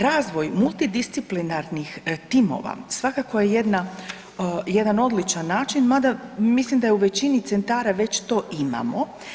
Razvoj multidisciplinarnih timova svakako je jedan odličan način, mada mislim da je u većini centara već to imamo.